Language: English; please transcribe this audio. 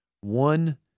one